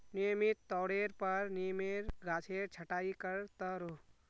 नियमित तौरेर पर नीमेर गाछेर छटाई कर त रोह